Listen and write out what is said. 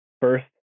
first